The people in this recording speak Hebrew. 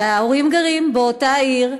ההורים שגרים באותה עיר,